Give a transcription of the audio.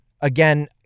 Again